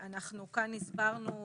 ה-19.7.23.